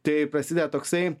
tai prasideda toksai